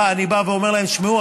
אני בא ואומר להם: תשמעו,